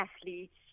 athletes